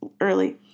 early